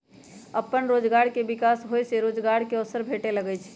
अप्पन रोजगार के विकास होय से रोजगार के अवसर भेटे लगैइ छै